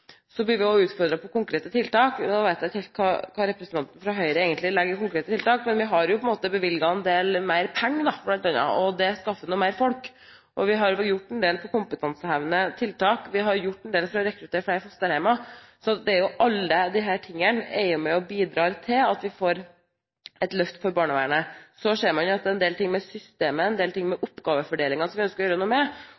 Så blir vi også utfordret på konkrete tiltak. Jeg vet ikke helt hva representanten fra Høyre egentlig legger i konkrete tiltak, men vi har jo bl.a. bevilget en del mer penger, og det skaffer noen flere folk. Vi har gjort en del når det gjelder kompetansehevende tiltak. Vi har gjort en del for å rekruttere flere fosterhjem. Alle disse tingene er jo med på å bidra til at vi får et løft for barnevernet. Så er det er en del ting med systemet, med oppgavefordelingen, som vi ønsker å gjøre noe med.